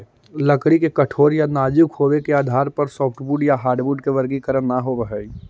लकड़ी के कठोर या नाजुक होबे के आधार पर सॉफ्टवुड या हार्डवुड के वर्गीकरण न होवऽ हई